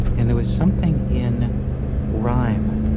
and there was something in rhyme,